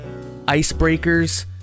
Icebreakers